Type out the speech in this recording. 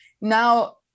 now